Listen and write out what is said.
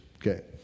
okay